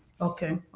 okay